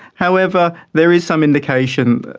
however, there is some indication,